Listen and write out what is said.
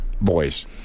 boys